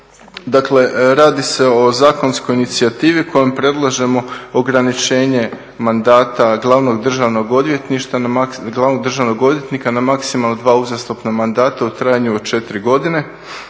Uglavnom radi se o zakonskoj inicijativi kojom predlažemo ograničenje mandata glavnog državnog odvjetnika na maksimalno dva uzastopna mandata u trajanju od 4 godine.